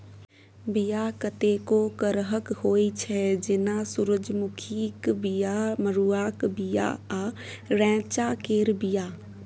बीया कतेको करहक होइ छै जेना सुरजमुखीक बीया, मरुआक बीया आ रैंचा केर बीया